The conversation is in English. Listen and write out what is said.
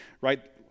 right